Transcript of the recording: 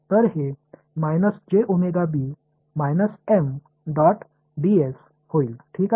तर हे होईल ठीक आहे